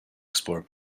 explore